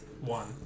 One